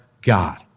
God